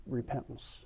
repentance